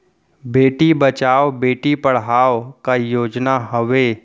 बेटी बचाओ बेटी पढ़ाओ का योजना हवे?